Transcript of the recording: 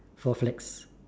four flags